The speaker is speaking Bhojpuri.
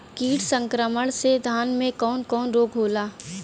कीट संक्रमण से धान में कवन कवन रोग होला?